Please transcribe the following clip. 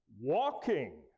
Walking